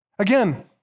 Again